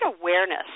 awareness